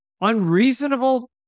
unreasonable